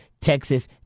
Texas